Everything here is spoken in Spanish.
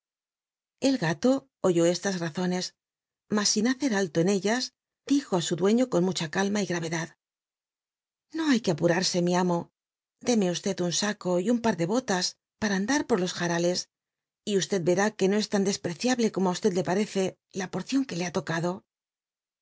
el gato oyó estas rawn cs mm siu hace r alto en ellas dijo ú u ductio con mucha talma y r ah dad io ha que apurarsc mi amo deme un saco y un par tic bolas para andar por lo jaralc y crá que no es tan despreciable como á le parece la porcion c ue le ha tocado